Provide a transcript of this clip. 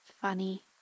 funny